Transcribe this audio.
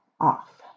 off